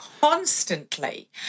constantly